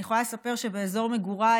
אני יכולה לספר שבאזור מגוריי,